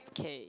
okay